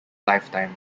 lifetime